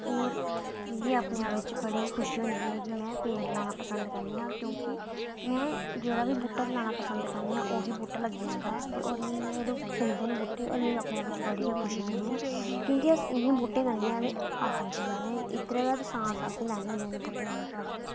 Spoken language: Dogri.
और मिगी अपने आप च बड़ी खुशी होंदी ऐ कि में पेड़ लाना पंसद करनी आं क्योंकि में जेहड़ा बी बूहटा लाना पसंद करनी आं उऐ बूह्टा लग्गी जंदा और मिगी एह् जदूं खिढदे न बूहटे ते में आपूं अपने आप च बड़ी खुशी मिलदी ऐ क्योंकि अस इ'नें बूहटे कन्नै अस जिऐ ने इद्धरै दा सांस अस लैन्ने होन्ने आं बूह्टे कन्नै